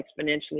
exponentially